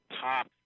top